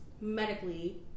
medically